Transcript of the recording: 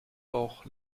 bauch